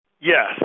Yes